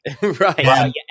Right